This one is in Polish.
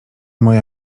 moja